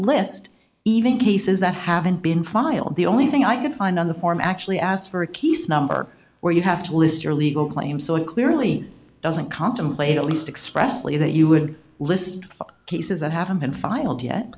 list even cases that haven't been filed the only thing i could find on the form actually asked for a keys number where you have to list your legal claim so it clearly doesn't contemplate at least expressly that you would list cases that haven't been filed yet